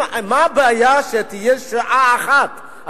מה הבעיה שתהיה שעה אחת,